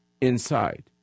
inside